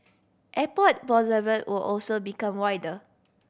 Airport Boulevard will also become wider